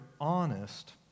honest